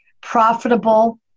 profitable